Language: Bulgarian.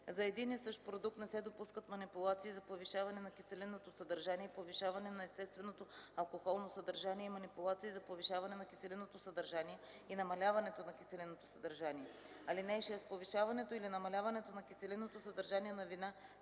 За един и същ продукт не се допускат манипулации за повишаване на киселинното съдържание и повишаване на естественото алкохолно съдържание и манипулации за повишаване на киселинното съдържание и намаляването на киселинното съдържание. (6) Повишаването или намаляването на киселинното съдържание на вина